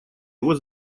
его